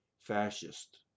fascist